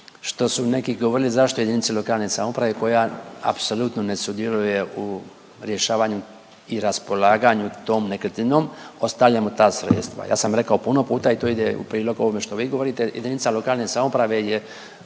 što su neki govorili zašto JLS koja apsolutno ne sudjeluje u rješavanju i raspolaganju tom nekretninom ostavljamo ta sredstva. Ja sam rekao puno puta i to ide u prilog ovome što vi govorite, JLS je ona koja svojom